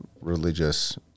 religious